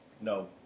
No